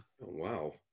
Wow